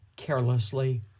carelessly